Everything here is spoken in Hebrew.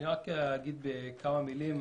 רק אגיד בכמה מילים,